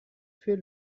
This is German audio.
für